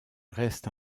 reste